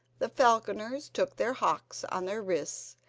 the falconers took their hawks on their wrists,